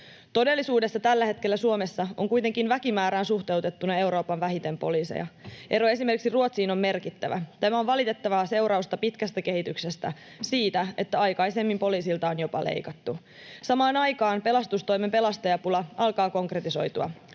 Todellisuudessa tällä hetkellä Suomessa on kuitenkin väkimäärään suhteutettuna vähiten poliiseja Euroopassa. Ero esimerkiksi Ruotsiin on merkittävä. Tämä on valitettavaa seurausta pitkästä kehityksestä, siitä, että aikaisemmin poliisilta on jopa leikattu. Samaan aikaan pelastustoimen pelastajapula alkaa konkretisoitua.